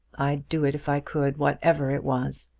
i'd do it if i could, whatever it was.